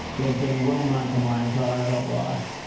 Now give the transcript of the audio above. they've been well known for my entire adult life.